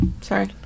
sorry